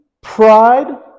pride